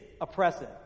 oppressive